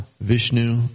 Vishnu